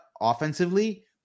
offensively